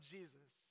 Jesus